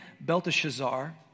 Belteshazzar